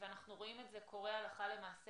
ואנחנו רואים את זה קורה הלכה למעשה